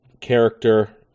character